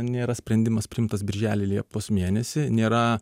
nėra sprendimas priimtas birželį liepos mėnesį nėra